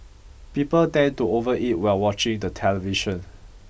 people tend to overeat while watching the television